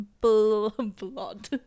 Blood